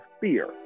fear